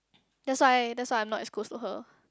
that's why that's why I'm not as close to her